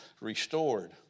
restored